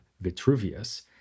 Vitruvius